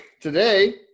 today